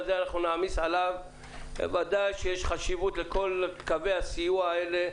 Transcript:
אנחנו גם בדקנו את ההסכמים בין הוועדה לבין חברות הסלולר,